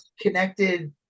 Connected